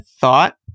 thought